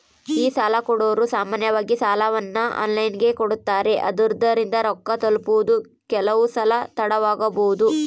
ಈ ಸಾಲಕೊಡೊರು ಸಾಮಾನ್ಯವಾಗಿ ಸಾಲವನ್ನ ಆನ್ಲೈನಿನಗೆ ಕೊಡುತ್ತಾರೆ, ಆದುದರಿಂದ ರೊಕ್ಕ ತಲುಪುವುದು ಕೆಲವುಸಲ ತಡವಾಬೊದು